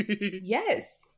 Yes